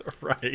Right